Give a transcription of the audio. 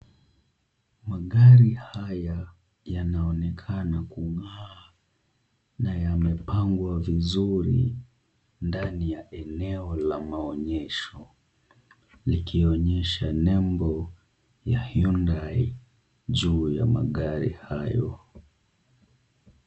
Magari haya yanaonekana kung'aa na yamepangwa vizuri ndani ya eneo la maonyesho, likionyesha nembo ya Hyundai juu ya magari hayo.